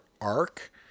arc